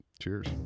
Cheers